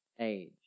age